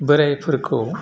बोराइफोरखौ